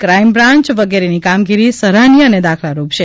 crime branch વિગેરીની કામગીરી સરાહનીય અને દાખલારૂપ છે